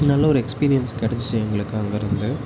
நல்ல ஒரு எக்ஸ்பீரியன்ஸ் கிடச்சிச்சு எங்களுக்கு அங்கேயிருந்து